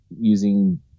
using